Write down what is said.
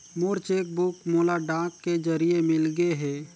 मोर cheque book मोला डाक के जरिए मिलगे हे